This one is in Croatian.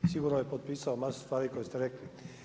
I sigurno bi potpisao masu stvari koje ste rekli.